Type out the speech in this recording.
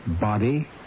Body